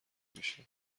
میشه